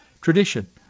tradition